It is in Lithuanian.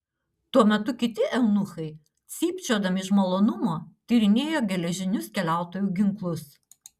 tuo metu kiti eunuchai cypčiodami iš malonumo tyrinėjo geležinius keliautojų ginklus